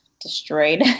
destroyed